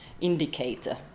indicator